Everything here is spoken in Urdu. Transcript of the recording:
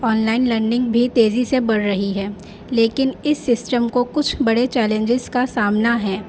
آن لائن لرننگ بھی تیزی سے بڑھ رہی ہے لیکن اس سسٹم کو کچھ بڑے چیلنجز کا سامنا ہے